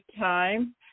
time